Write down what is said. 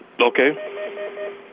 Okay